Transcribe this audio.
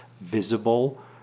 visible